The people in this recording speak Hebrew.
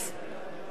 אינו נוכח